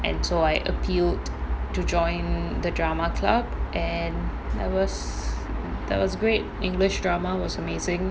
and so I appealed to join the drama club and I was that was great english drama was amazing